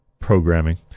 programming